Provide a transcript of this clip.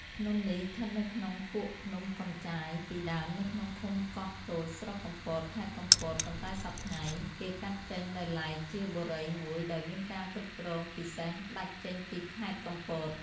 ភ្នំនេះ ឋិតនៅក្នុងពួកភ្នំកំចាយ ពីដើមនៅក្នុងឃុំកោះតូច ស្រុកកំពត ខេត្តកំពត ប៉ុន្តែសព្វថ្ងៃ គេកាត់ចេញដោយឡែកជាបុរីមួយដោយមានការគ្រប់គ្រងពិសេសដាច់ចេញពីខេត្តកំពត ។